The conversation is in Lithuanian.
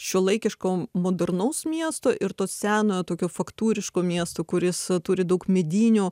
šiuolaikiško modernaus miesto ir to senojo tokio faktūriško miesto kuris turi daug medinių